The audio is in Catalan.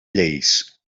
lleis